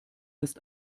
ist